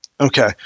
Okay